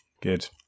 Good